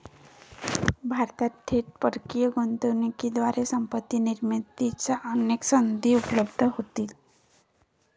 भारतात थेट परकीय गुंतवणुकीद्वारे संपत्ती निर्मितीच्या अनेक संधी उपलब्ध होतील